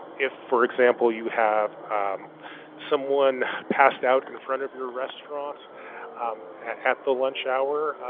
if for example you have someone passed out in front of your restaurant at the lunch hour,